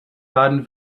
baden